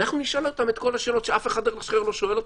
אנחנו נשאל אותם את כל השאלות שאף אחד אחר לא שואל אותם.